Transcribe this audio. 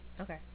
Okay